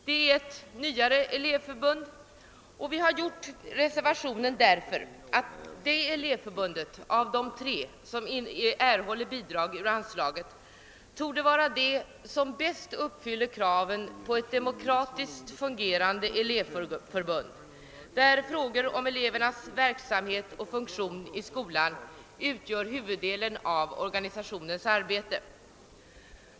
Det är ett nyare elevförbund, och vi har avgivit reservationen därför att detta elevförbund av de tre som erhåller bidrag ur anslaget torde vara det som bäst uppfyller kraven på en demokratiskt fungerande elevorganisation, där frågor om elevernas verksamhet och funktion i skolan upptar huvuddelen av arbetet.